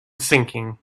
sinking